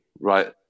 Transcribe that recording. right